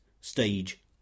stage